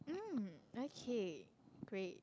um okay great